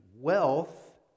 wealth